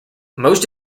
most